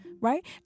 right